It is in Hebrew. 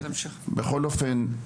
אבל בכל אופן,